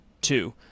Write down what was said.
two